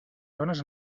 dones